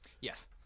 Yes